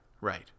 right